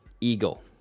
Eagle